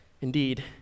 Indeed